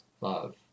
love